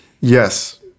Yes